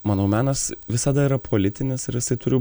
manau menas visada yra politinis ir isai turiu